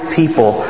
people